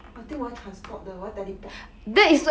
I think 我要 transport 的我要 teleport